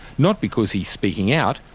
not because he's speaking out,